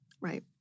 Right